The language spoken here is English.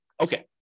Okay